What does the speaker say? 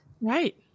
right